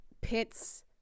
pits